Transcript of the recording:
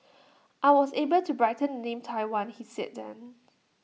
I was able to brighten the name Taiwan he said then